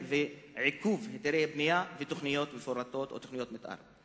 היתרי בנייה ותוכניות מפורטות או תוכניות מיתאר.